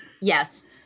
Yes